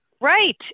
Right